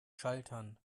schaltern